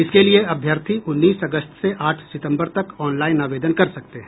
इसके लिए अभ्यर्थी उन्नीस अगस्त से आठ सितम्बर तक ऑनलाईन आवेदन कर सकते हैं